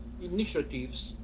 initiatives